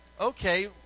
okay